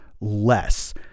less